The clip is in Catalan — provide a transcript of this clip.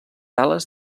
ales